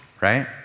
Right